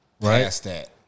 Right